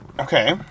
Okay